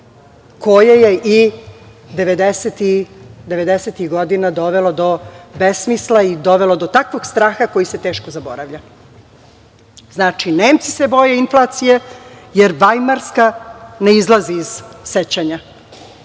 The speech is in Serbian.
koje je i devedesetih godina dovelo do besmisla i dovelo do takvog straha koji se teško zaboravlja. Znači, Nemci se boje inflacije, jer Vajmarska ne izlazi iz sećanja.